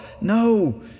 No